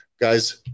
guys